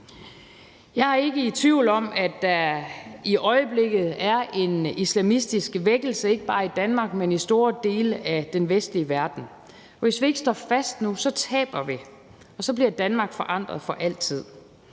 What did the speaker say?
Jeg er ikke i tvivl om, at der i øjeblikket er en islamistisk vækkelse ikke bare i Danmark, men i store dele af den vestlige verden, og hvis ikke vi står fast nu, taber vi, og så bliver Danmark forandret for altid.